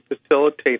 facilitate